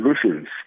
solutions